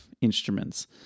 instruments